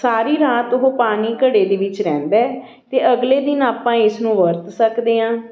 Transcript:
ਸਾਰੀ ਰਾਤ ਉਹ ਪਾਣੀ ਘੜੇ ਦੇ ਵਿੱਚ ਰਹਿੰਦਾ ਅਤੇ ਅਗਲੇ ਦਿਨ ਆਪਾਂ ਇਸ ਨੂੰ ਵਰਤ ਸਕਦੇ ਹਾਂ